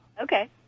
Okay